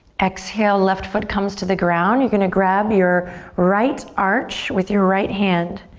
exhale, left foot comes to the ground. you're gonna grab your right arch with your right hand.